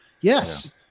yes